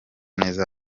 neza